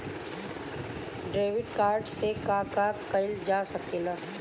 Debit card से का का कइल जा सके ला?